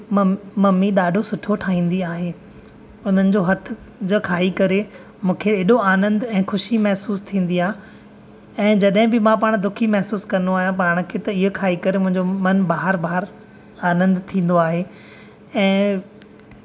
mummy ॾाढो सुठो ठहिंदी आहे उन्हनि जे हथु जा खाई करे मूंखे एॾो आनंद ऐं ख़ुशी महिसूस थींदी आहे ऐं जॾहिं बि मां पाण दुखी महिसूस कंदो आहिया पाण खे त हीअ खाई करे मुंहिंजो मनु बहारु बहारु आनंद थींदो आहे ऐं